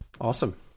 Awesome